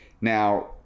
Now